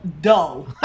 dull